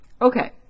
Okay